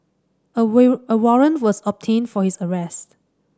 a warrant was obtained for his arrest